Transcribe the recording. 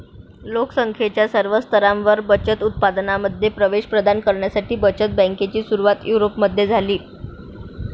लोक संख्येच्या सर्व स्तरांवर बचत उत्पादनांमध्ये प्रवेश प्रदान करण्यासाठी बचत बँकेची सुरुवात युरोपमध्ये झाली